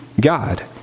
God